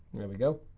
here we go.